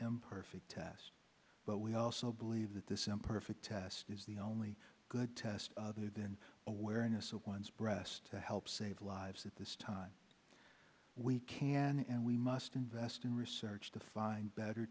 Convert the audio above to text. imperfect test but we also believe that this imperfect test is the only good test other than awareness of one's breast to help save lives at this time we can and we must invest in research to find better